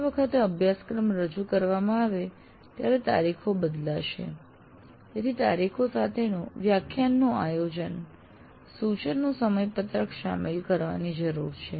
દર વખતે અભ્યાસક્રમ રજૂ કરવામાં આવે ત્યારે તારીખો બદલાશે તેથી તારીખો સાથેનું વ્યાખ્યાનનું આયોજન સૂચનો સમયપત્રક શામેલ કરવાની જરૂર છે